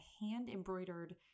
hand-embroidered